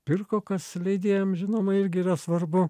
pirko kas leidėjam žinoma irgi yra svarbu